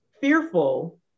fearful